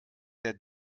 der